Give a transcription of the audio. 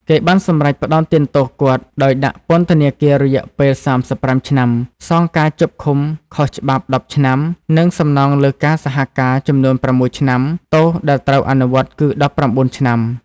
គេបានសម្រេចផ្តន្ទាទោសគាត់ ដោយដាក់ពន្ថនាគាររយៈពេល៣៥ឆ្នាំ សងការជាប់ឃុំខុសច្បាប់១០ឆ្នាំ និងសំណងលើការសហការចំនួន៦ឆ្នាំ ទោសដែលត្រូវអនុវត្តគឺ១៩ឆ្នាំ។